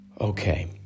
Okay